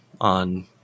on